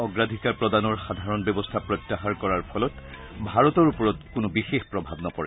অগ্ৰাধিকাৰ প্ৰদানৰ সাধাৰণ ব্যৱস্থা প্ৰত্যাহাৰ কৰাৰ ফলত ভাৰতৰ ওপৰত কোনো বিশেষ প্ৰভাৱ নপৰে